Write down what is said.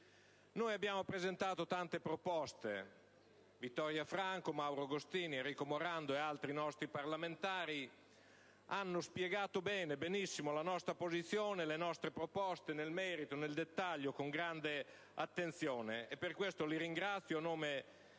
Abbiamo presentato tante proposte. Vittoria Franco, Mauro Agostini, Enrico Morando e altri nostri parlamentari hanno spiegato benissimo la nostra posizione e le nostre proposte, nel merito, nel dettaglio e con grande attenzione, e per questo li ringrazio a nome anche dei cittadini